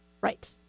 Right